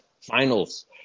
Finals